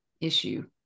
issue